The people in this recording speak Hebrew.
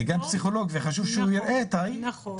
זה גם פסיכולוג, וחשוב שהוא יראה את האסיר.